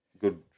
good